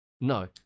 no